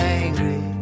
angry